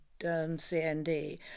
CND